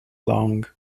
long